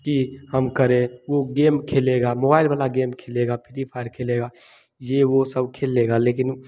कि हम करें वह गेम खेलेगा मोबाइल वाला गेम खेलेगा फ़्री फायर खेलेगा यह वह सब खेल लेगा लेकिन